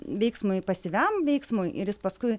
veiksmui pasyviam veiksmui ir jis paskui